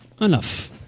Enough